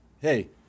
hey